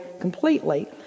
completely